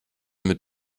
mit